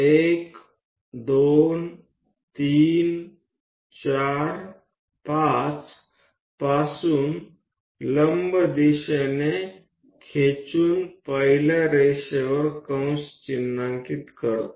1 2 3 4 5 पासून लंब दिशेने खेचून पहिल्या रेषेवर कंस चिन्हांकित करते